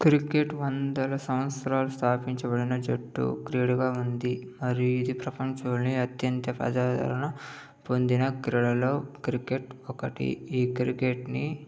cricket వందల సంవత్సరాల స్థాపించబడిన చెట్టు ఇది ప్రపంచంలోనే అత్యంత ప్రజాదరణ పొందిన క్రీడలో క్రికెట్ ఒకటి ఈ క్రికెట్ని